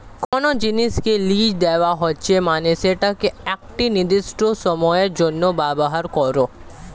কোনো জিনিসকে লীজ দেওয়া হচ্ছে মানে সেটাকে একটি নির্দিষ্ট সময়ের জন্য ব্যবহার করা